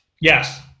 Yes